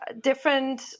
different